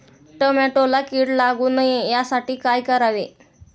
टोमॅटोला कीड लागू नये यासाठी काय करावे?